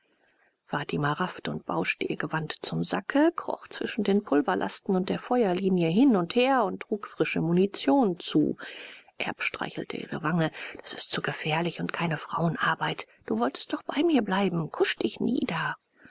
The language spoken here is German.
fatima raffte und bauschte ihr gewand zum sacke kroch zwischen den pulverlasten und der feuerlinie hin und her und trug frische munition zu erb streichelte ihre wange das ist zu gefährlich und keine frauenarbeit du wolltest doch bei mir bleiben kusch dich nieder